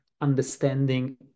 understanding